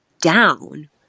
down